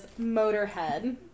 Motorhead